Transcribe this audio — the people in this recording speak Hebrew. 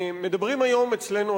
מדברים היום אצלנו,